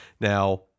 Now